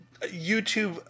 YouTube